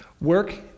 Work